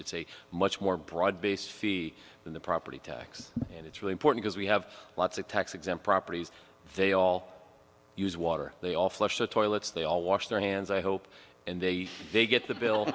it's a much more broad based fee than the property tax and it's really important as we have lots of tax exempt properties they all use water they all flush the toilets they all wash their hands i hope and they they get the bill